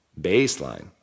baseline